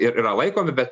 ir yra laikomi bet